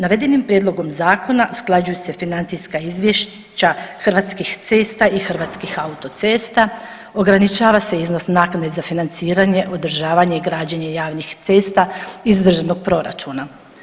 Navedenim prijedlogom zakona usklađuju se financijska izvješća Hrvatskih cesta i HAC-a, ograničava se iznos naknade za financiranje, održavanje i građenje javnih cesta iz državnog proračuna.